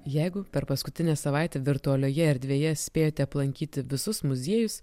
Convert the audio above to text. jeigu per paskutinę savaitę virtualioje erdvėje spėjote aplankyti visus muziejus